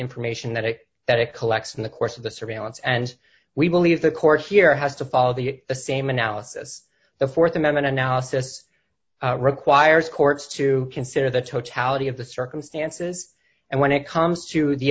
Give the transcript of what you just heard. information that it that it collects in the course of the surveillance and we believe the court here has to follow the same analysis the th amendment analysis requires courts to consider the totality of the circumstances and when it comes to the